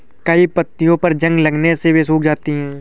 कई पत्तियों पर जंग लगने से वे सूख जाती हैं